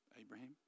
Abraham